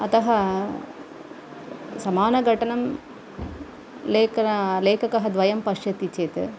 अतः समानघटनं लेखन लेखकः द्वयं पश्यति चेत्